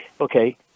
okay